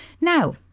now